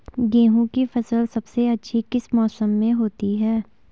गेहूँ की फसल सबसे अच्छी किस मौसम में होती है